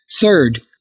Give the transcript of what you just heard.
Third